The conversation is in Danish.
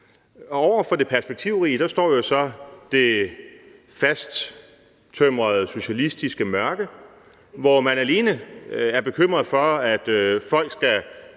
Over for det perspektivrige står jo så det fasttømrede socialistiske mørke, hvor man alene er optaget af, at folk skal